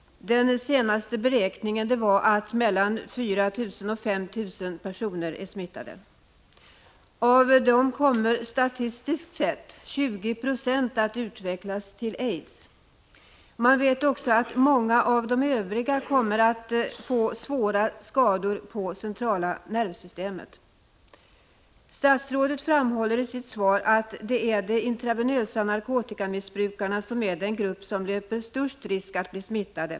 Den senaste beräkningen visade att mellan 4 000 och 5 000 personer är smittade. Av dem kommer statistiskt sett 20 90 att få sjukdomen aids. Man vet också att många av de övriga kommer att få svåra skador på centrala nervsystemet. Statsrådet framhåller i sitt svar att det är de personer som intravenöst missbrukar centralstimulerande medel som löper störst risk att bli smittade.